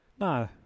No